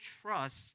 trust